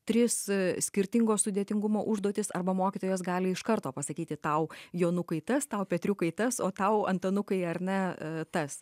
tris skirtingo sudėtingumo užduotis arba mokytojas gali iš karto pasakyti tau jonukui tas tau petriukai tas o tau antanukai ar na tas